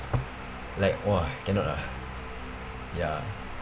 like !wah! cannot ah ya